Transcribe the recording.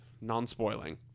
Non-spoiling